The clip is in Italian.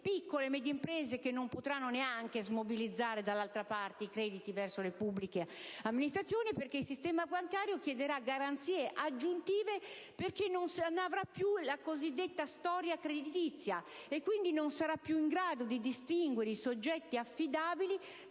piccole e le medie imprese che non potranno neanche smobilizzare i crediti verso le pubbliche amministrazioni; infatti, il sistema bancario chiederà garanzie aggiuntive perché non avrà più la cosiddetta storia creditizia e quindi non sarà più in grado di distinguere i soggetti affidabili